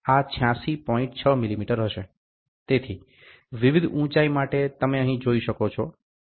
તેથી વિવિધ ઉંચાઇ માટે તમે અહીં જોઈ શકો છો